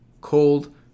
cold